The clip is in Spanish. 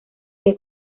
que